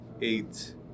eight